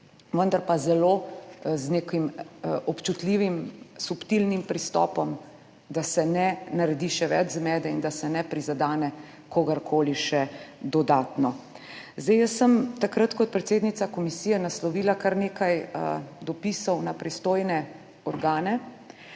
vendar pa z nekim zelo občutljivim subtilnim pristopom, da se ne naredi še več zmede in da se ne prizadene kogarkoli še dodatno. Jaz sem takrat kot predsednica komisije naslovila kar nekaj dopisov na pristojne organe